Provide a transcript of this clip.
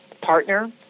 partner